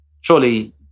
surely